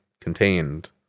contained